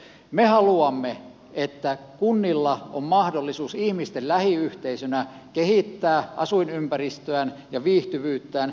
me haluamme että kunnilla on mahdollisuus ihmisten lähiyhteisönä kehittää asuinympäristöään ja viihtyvyyttään